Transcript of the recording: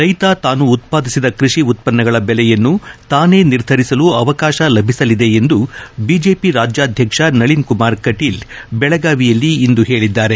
ರೈತ ತಾನು ಉತ್ಪಾದಿಸಿದ ಕೃಷಿ ಉತ್ಪನಗಳ ಬೆಲೆಯನ್ನು ತಾನೇ ನಿರ್ಧರಿಸಲು ಅವಕಾಶ ಲಭಿಸಲಿದೆ ಎಂದು ಬಿಜೆಪಿ ರಾಜ್ಯಾಧಕ್ಷ ನಳನ್ ಕುಮಾರ ಕಟೀಲ್ ಬೆಳಗಾವಿಯಲ್ಲಿಂದು ಹೇಳಿದ್ದಾರೆ